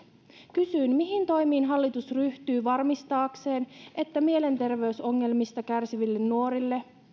kysyn mihin toimiin hallitus ryhtyy varmistaakseen että mielenterveysongelmista kärsiville nuorille